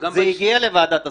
זה הגיע לוועדת השרים.